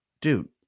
dude